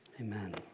Amen